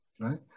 right